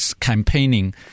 campaigning